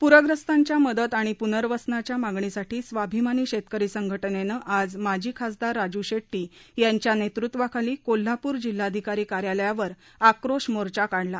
प्रस्तांच्या मदत आणि प्नवर्सनाच्या मागणीसाठी स्वाभिमानी शेतकरी संघटनेनं आज माजी खासदार राजू शेट्टी यांच्या नेतृत्वाखाली कोल्हापूर जिल्हाधिकारी कार्यालयावर आक्रोश मोर्चा काढला